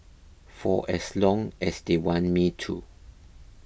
for as long as they want me to